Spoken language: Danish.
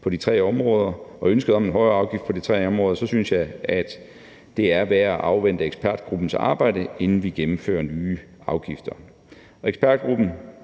klimahandling og ønske om en højere afgift på de tre områder, synes jeg, at det er værd at afvente ekspertgruppens arbejde, inden vi gennemfører nye afgifter, og ja, ekspertgruppen